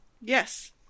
Yes